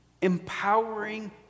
empowering